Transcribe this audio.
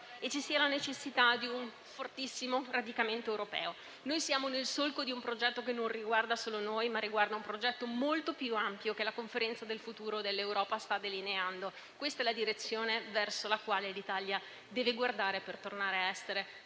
anche la necessità di un fortissimo radicamento europeo. Siamo nel solco di un progetto che non riguarda solo noi, ma che è molto più ampio e che la Conferenza sul futuro dell'Europa sta delineando. Questa è la direzione verso la quale l'Italia deve guardare, per tornare ad essere